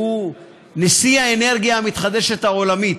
שהוא מזכיר איגוד התעשייה הסולרית העולמית,